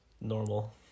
normal